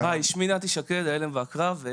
שמי נתנאל שקד, עמותת ההלם והקרב.